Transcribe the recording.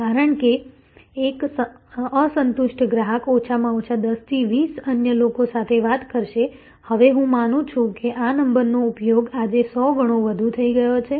કારણ કે એક અસંતુષ્ટ ગ્રાહક ઓછામાં ઓછા 10 થી 20 અન્ય લોકો સાથે વાત કરશે હવે હું માનું છું કે આ નંબરનો ઉપયોગ આજે 100 ગણો વધુ હોઈ શકે છે